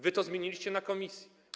Wy to zmieniliście w komisji.